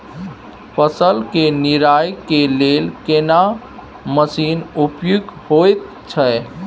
फसल के निराई के लेल केना मसीन उपयुक्त होयत छै?